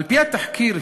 בתחקיר,